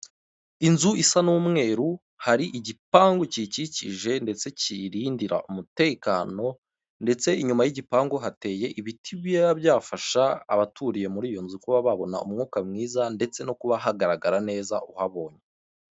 Inzu isa n'umweru, hari gipangu kiyikikije ndetse kiyirindira umutekano, ndetse inyuma y'igipangu hateye ibiti biba byafasha abaturiye muri iyo nzu kuba babona umwuka mwiza ndetse no kuba hagaragara neza uhabonye.